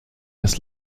des